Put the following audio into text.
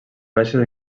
baixes